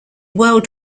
world